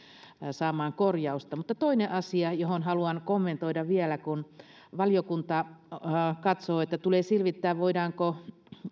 saamaan korjausta toinen asia johon haluan kommentoida vielä kun valiokunta katsoo että tulee selvittää voidaanko